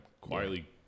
Quietly